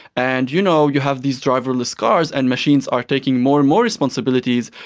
and you know you have these driverless cars and machines are taking more and more responsibilities,